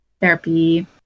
therapy